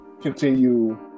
continue